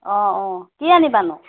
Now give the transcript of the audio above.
অঁ অঁ কি আনিবানো